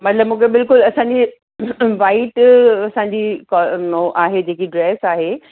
मतलबु मूंखे बिल्कुलु असांजी वाइट असांजी को आहे जेकी ड्रेस आहे